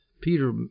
Peter